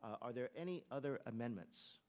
to are there any other amendments